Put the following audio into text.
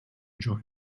join